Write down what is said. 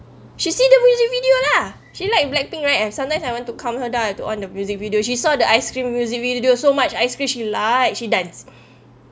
she see the music video lah she like blackpink right and sometimes I want to calm her down I've to on the music video she saw the ice cream music video so much ice cream she like she dance